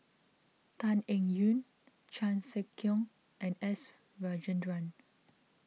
Tan Eng Yoon Chan Sek Keong and S Rajendran